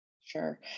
Sure